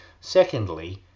Secondly